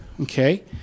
Okay